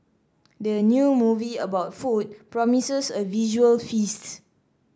the new movie about food promises a visual feast